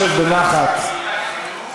שב בנחת,